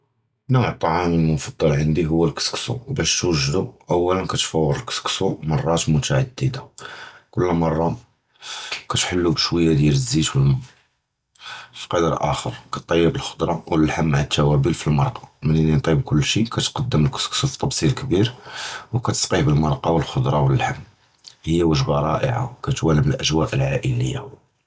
נוּע אֶל-טַעַאם אֶל-מֻפַּדַל עַנְדִי הוּוּ אֶל-כֻּסְכּוּסּוּ, בַּשּׁ תּוֹגְּדוּ אוּלָא כַּתְפוֹר אֶל-כֻּסְכּוּסּוּ מַרָאט מֻתַעַדִידָה, כּּוּל מַרָה כַּתְחַלוּ בְּשׁוּיָּא דִּיַּאל אֶל-זֵּית וְאֶל-מַא. פִּקְדַּר אַחֶר כַּתְטִיב אֶל-חֻדְרָה וְאֶל-לַחְמּ עִם אֶל-תַּוַּאבְּל פִי אֶל-מַרְקָה, מִן יִתְטִיב כֻּל שִׁיּוּ, כַּתְקַדַּם אֶל-כֻּסְכּוּסּוּ פִי טַבְּסִי קְבִּיר וְכַתְסַקִּיּוּ בְּאֶל-מַרְקָה וְאֶל-חֻדְרָה וְאֶל-לַחְמּ, הִיּוּ וַגְ'בָּה רַאִעָה כַּתּוֹאַלְמּ אֶל-אְגְּוָוא אֶל-עַאִילִיָה.